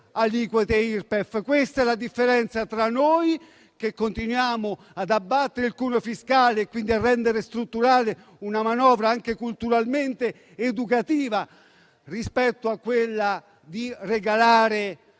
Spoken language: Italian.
aliquote Irpef. Noi continuiamo ad abbattere il cuneo fiscale e quindi a rendere strutturale una manovra anche culturalmente educativa rispetto a quella di regalare